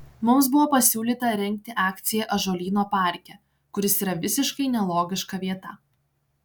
mums buvo pasiūlyta rengti akciją ąžuolyno parke kuris yra visiškai nelogiška vieta